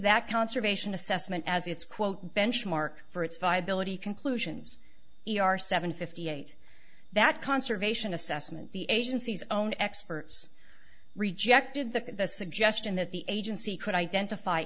that conservation assessment as its quote benchmark for its viability conclusions e r seven fifty eight that conservation assessment the agency's own experts rejected that the suggestion that the agency could identify